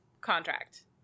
contract